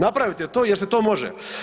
Napravite to jer se to može.